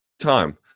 time